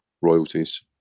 Royalties